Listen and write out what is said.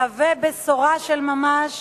מהווה בשורה של ממש